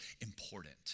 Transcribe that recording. important